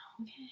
Okay